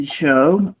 show